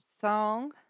song